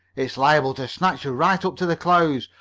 it's liable to snatch you right up to the clouds,